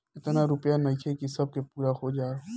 एतना रूपया नइखे कि सब के पूरा हो जाओ